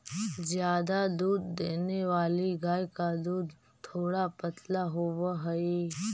ज्यादा दूध देने वाली गाय का दूध थोड़ा पतला होवअ हई